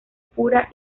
pura